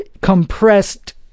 compressed